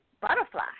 butterfly